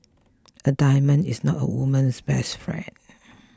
a diamond is not a woman's best friend